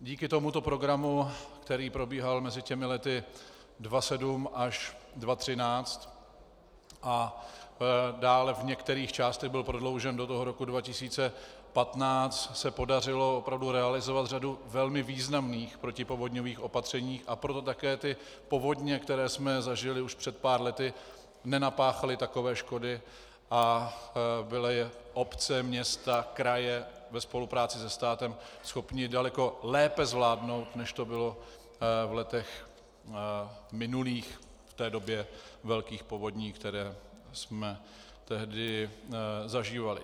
Díky tomuto programu, který probíhal mezi lety 2007 až 2013 a dále v některých částech byl prodloužen do roku 2015, se podařilo opravdu realizovat řadu velmi významných protipovodňových opatření, a proto také povodně, které jsme zažili už před pár lety, nenapáchaly takové škody a byly obce, města, kraje ve spolupráci se státem schopny daleko lépe zvládnout, než to bylo v letech minulých, v té době velkých povodní, které jsme tehdy zažívali.